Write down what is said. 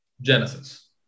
Genesis